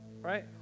right